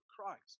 Christ